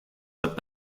but